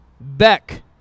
Beck